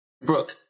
Brooke